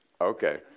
Okay